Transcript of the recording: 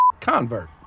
convert